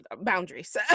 boundaries